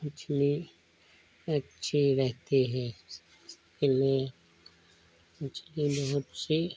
मछली अच्छी रहती है स्वास्थ्य के लिए मछली बहुत सी